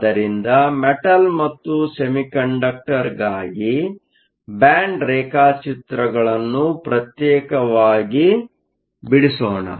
ಆದ್ದರಿಂದ ಮೆಟಲ್Metal ಮತ್ತು ಸೆಮಿಕಂಡಕ್ಟರ್ಗಾಗಿ ಬ್ಯಾಂಡ್ ರೇಖಾಚಿತ್ರಗಳನ್ನು ಪ್ರತ್ಯೇಕವಾಗಿ ಬಿಡಿಸೋಣ